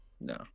No